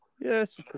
Yes